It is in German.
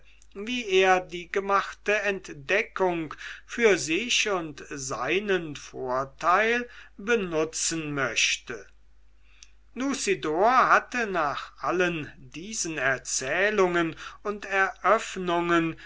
wie er die gemachte entdeckung für sich und seinen vorteil benutzen möchte lucidor hatte nach allen diesen erzählungen und eröffnungen